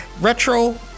Retro